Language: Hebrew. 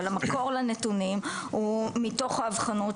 אבל המקור לנתונים הוא מתוך האבחנות